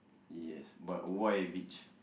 yes but why beach